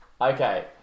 okay